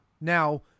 Now